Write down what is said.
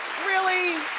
really?